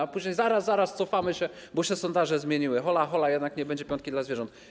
A później - zaraz, zaraz, cofamy się, bo się sondaże zmieniły, hola, hola, jednak nie będzie „piątki dla zwierząt”